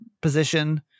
position